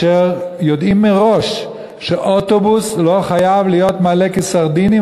יודע שאוטובוס לא חייב להיות מלא כקופסת סרדינים.